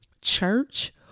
church